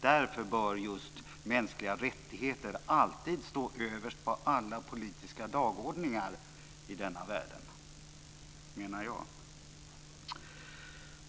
Därför bör just mänskliga rättigheter alltid stå överst på alla politiska dagordningar i världen, menar jag. Fru talman!